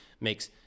makes